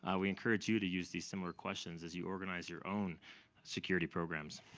ah we encourage you to use these similar questions as you organize your own security programs.